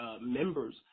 members